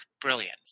brilliance